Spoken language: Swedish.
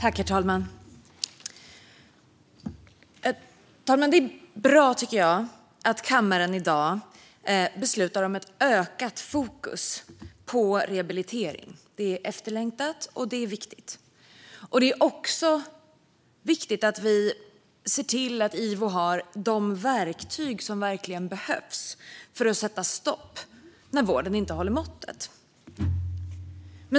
Herr talman! Det är bra, tycker jag, att kammaren i dag beslutar om ett ökat fokus på rehabilitering. Det är efterlängtat och viktigt. Det är också viktigt att vi ser till att Ivo verkligen har de verktyg som behövs för att sätta stopp när vården inte håller måttet.